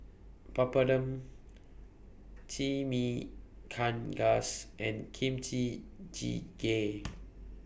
Papadum Chimichangas and Kimchi Jjigae